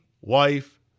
wife